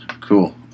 Cool